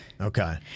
okay